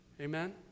Amen